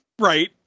Right